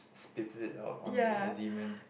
it split out on the dirty man